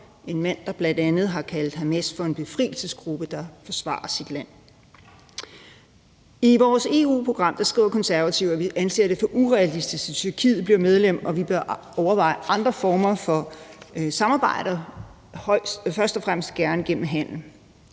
en mand, der bl.a. har kaldt Hamas for en befrielsesgruppe, der forsvarer sit land. I vores EU-program skriver vi Konservative, at vi anser det for urealistisk, at Tyrkiet bliver medlem, og at vi bør overveje andre former for samarbejder, først og fremmest gerne gennem handel,